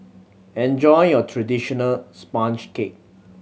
enjoy your traditional sponge cake